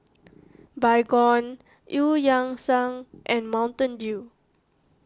Baygon Eu Yan Sang and Mountain Dew